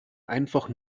einfach